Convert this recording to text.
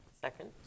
Second